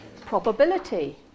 Probability